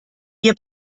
wir